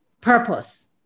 purpose